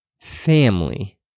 family